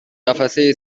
قفسه